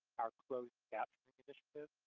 our closed-captioning initiatives,